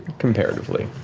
comparatively.